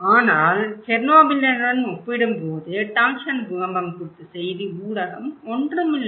ஆனால் செர்னோபிலுடன் ஒப்பிடும்போது டாங்ஷான் பூகம்பம் குறித்த செய்தி ஊடகம் ஒன்றுமில்லை